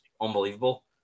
unbelievable